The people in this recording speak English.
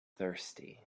thirsty